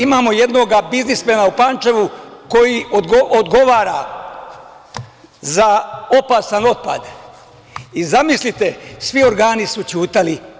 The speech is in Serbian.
Imamo jednog biznismena u Pančevu koji odgovara za opasan otpad i zamislite svi organi su ćutali.